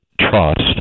trust